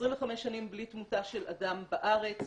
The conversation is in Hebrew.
25 שנים בלי תמותה של אדם בארץ.